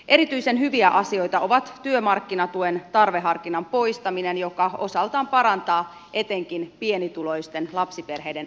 erityisen hyvä asia on työmarkkinatuen tarveharkinnan poistaminen joka osaltaan parantaa etenkin pienituloisten lapsiperheiden asemaa